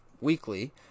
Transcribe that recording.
weekly